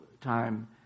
time